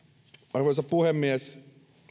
arvoisa puhemies